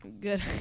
good